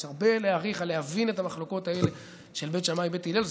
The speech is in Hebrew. יש הרבה להאריך כדי להבין את המחלוקות האלה של בית שמאי ובית הלל.